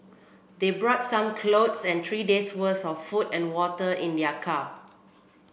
they brought some clothes and three days worth of food and water in their car